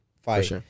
fight